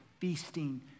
feasting